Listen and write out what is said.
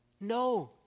No